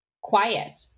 quiet